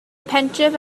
pentref